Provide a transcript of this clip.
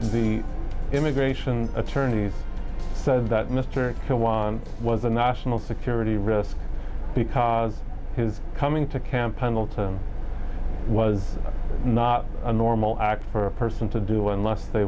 the immigration attorneys said that mr juan was a national security risk because his coming to camp pendleton was not a normal act for a person to do unless they